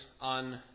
on